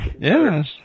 Yes